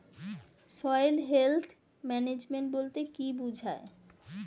Soil health management বলতে কি বুঝায়?